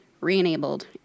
re-enabled